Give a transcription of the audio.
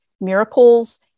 miracles